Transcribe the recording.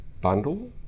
bundle